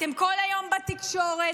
אתם כל היום בתקשורת.